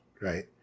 Right